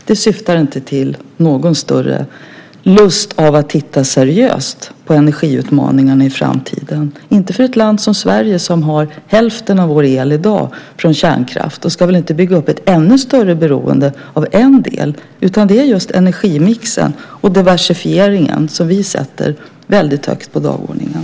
Det syftar inte till att man med någon större lust kommer att titta seriöst på energiutmaningarna i framtiden. I ett land som Sverige kommer i dag hälften av elen från kärnkraft. Och vi ska väl inte bygga upp ett ännu större beroende av en del? Det är just energimixen och diversifieringen som vi sätter väldigt högt på dagordningen.